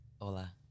Hola